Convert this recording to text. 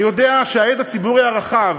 אני יודע שההד הציבורי הרחב